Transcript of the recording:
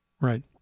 Right